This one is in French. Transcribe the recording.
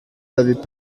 l’avaient